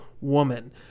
woman